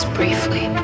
briefly